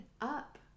up